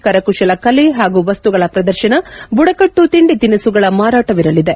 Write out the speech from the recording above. ಕರಕುಶಲ ಕಲೆ ಹಾಗೂ ವಸ್ತುಗಳ ಪ್ರದರ್ಶನ ಬುಡಕಟ್ಟು ತಿಂಡಿ ತಿನಿಸುಗಳ ಮಾರಾಟ ಇರಲಿದೆ